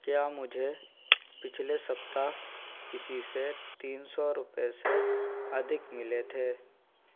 क्या मुझे पिछले सप्ताह किसी से तीन सौ रुपये से अधिक मिले थे